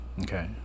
okay